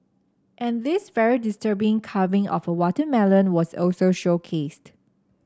and this very disturbing carving of a watermelon was also showcased